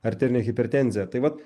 arterinė hipertenzija tai vat